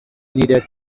needed